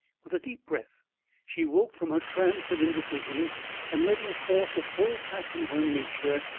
with a deep breath she woke from her trance of indecision and letting forth the full passion of her nature,